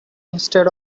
instead